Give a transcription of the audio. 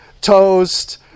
toast